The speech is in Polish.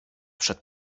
przed